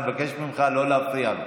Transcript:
אני מבקש ממך לא להפריע לו.